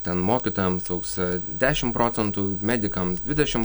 ten mokytojams augs dešim procentų medikams dvidešim